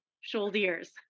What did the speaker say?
shoulders